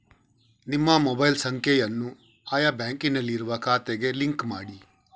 ನಿಮ್ಮ ಮೊಬೈಲ್ ಸಂಖ್ಯೆಯನ್ನು ಆಯಾ ಬ್ಯಾಂಕಿನಲ್ಲಿರುವ ಖಾತೆಗೆ ಲಿಂಕ್ ಮಾಡಿ